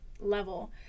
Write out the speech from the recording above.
level